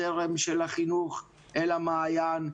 הזרם של החינוך "אל המעיין",